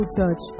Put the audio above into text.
Church